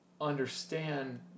understand